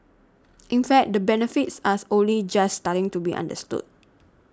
in fact the benefits as only just starting to be understood